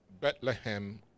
Bethlehem